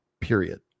period